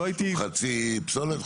חצי פסולת?